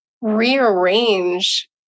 rearrange